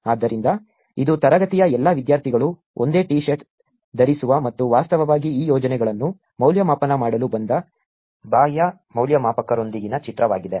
ಆದ್ದರಿಂದ ಇದು ತರಗತಿಯ ಎಲ್ಲಾ ವಿದ್ಯಾರ್ಥಿಗಳು ಒಂದೇ ಟೀ ಶರ್ಟ್ ಧರಿಸಿರುವ ಮತ್ತು ವಾಸ್ತವವಾಗಿ ಈ ಯೋಜನೆಗಳನ್ನು ಮೌಲ್ಯಮಾಪನ ಮಾಡಲು ಬಂದ ಬಾಹ್ಯ ಮೌಲ್ಯಮಾಪಕರೊಂದಿಗಿನ ಚಿತ್ರವಾಗಿದೆ